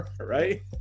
right